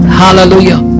hallelujah